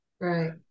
right